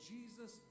Jesus